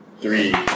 Three